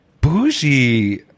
bougie